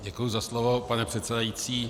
Děkuji za slovo, pane předsedající.